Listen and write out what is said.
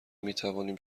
میتوانیم